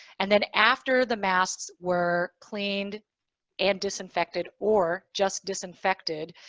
and then after the masks were cleaned and disinfected or just disinfected,